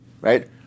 right